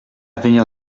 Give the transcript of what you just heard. venir